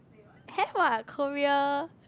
have what Korea